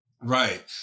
Right